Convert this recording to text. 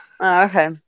okay